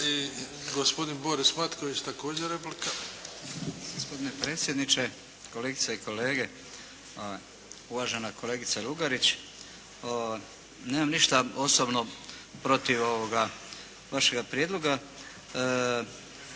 I gospodin Boris Matković, također replika. **Matković, Borislav (HDZ)** Gospodine predsjedniče, kolegice i kolege. Uvažena kolegice Lugarić, nemam ništa osobno protiv vašega prijedloga